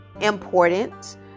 important